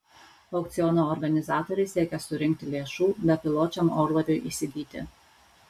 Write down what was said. aukciono organizatoriai siekia surinkti lėšų bepiločiam orlaiviui įsigyti